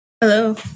Hello